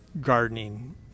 gardening